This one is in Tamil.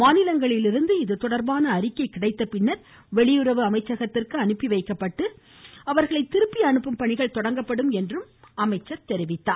மாநிலங்களிலிருந்து இதுதொடர்பான அறிக்கை கிடைத்தபின்னர் வெளியுறவு அமைச்சகத்திற்கு அனுப்பி வைக்கப்பட்டு அவர்களை திருப்பி அனுப்பும் பணிகள் தொடங்கப்படும் என்றும் கூறினார்